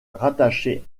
rattachée